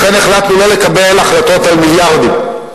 לכן החלטנו לא לקבל החלטות על מיליארדים.